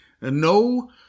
no